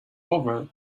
over